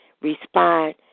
respond